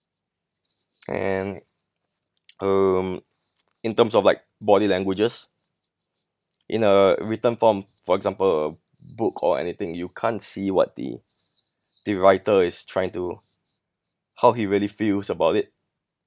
and um in terms of like body languages in a written form for example book or anything you can't see what the the writer is trying to how he really feels about it